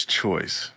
choice